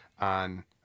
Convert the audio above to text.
on